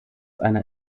einer